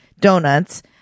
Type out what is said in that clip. donuts